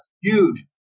huge